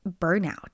burnout